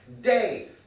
day